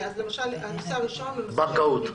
אז, למשל, הנושא הראשון -- בנקאות.